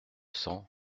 cents